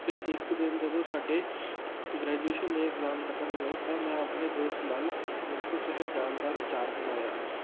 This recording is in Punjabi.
ਫਿਰ ਇੱਕ ਦਿਨ ਜਦੋਂ ਸਾਡੇ ਗ੍ਰੈਜੂਏਸ਼ਨ ਦੇ ਇਗਜ਼ਾਮ ਖਤਮ ਹੋਏ ਤਾਂ ਮੈਂ ਆਪਣੇ ਦੋਸਤ ਨਾਲ ਹੇਮਕੁੰਟ ਸਾਹਿਬ ਜਾਣ ਦਾ ਵਿਚਾਰ ਬਣਾਇਆ